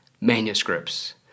manuscripts